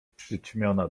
przyćmiona